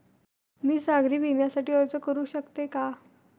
मी सागरी विम्यासाठी अर्ज करू शकते का?